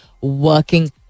working